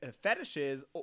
fetishes